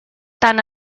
tant